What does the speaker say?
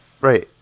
Right